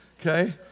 Okay